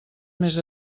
més